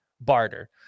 barter